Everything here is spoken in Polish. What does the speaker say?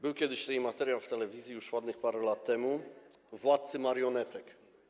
Był kiedyś taki materiał w telewizji, już ładnych parę lat temu: „Władcy marionetek”